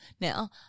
now